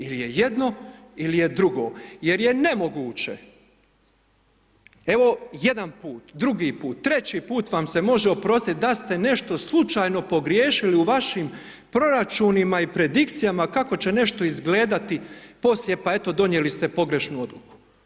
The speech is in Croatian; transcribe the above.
Ili je jedno, ili je drugo, jer je nemoguće, evo jedan put, drugi put, treći put vam se može oprostiti da ste nešto slučajno pogriješili u vašim proračunima i predikcijama kako će nešto izgledati poslije, pa eto, donijeli ste pogrešnu odluku.